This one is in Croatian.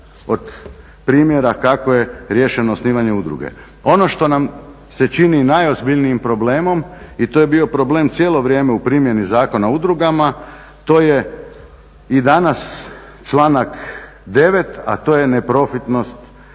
od primjera kako je riješeno osnivanje udruge. Ono što nam se čini najozbiljnijim problemom i to je bio problem cijelo vrijeme u primjeni Zakona o udrugama to je i danas članak 9., a to je neprofitnost,